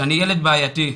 שאני ילד בעייתי,